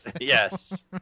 Yes